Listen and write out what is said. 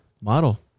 Model